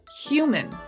human